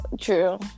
true